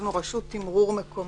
כתבנו "רשות תמרור מקומית".